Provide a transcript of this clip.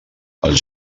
els